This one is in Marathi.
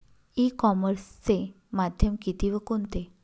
ई कॉमर्सचे माध्यम किती व कोणते?